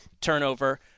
Turnover